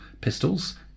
pistols